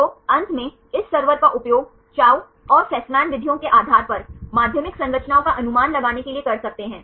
तो अंत में इस सर्वर का उपयोग चाउ और फ़स्मान विधियों के आधार पर माध्यमिक संरचनाओं का अनुमान लगाने के लिए कर सकते हैं